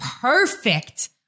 perfect